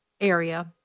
area